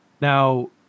now